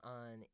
on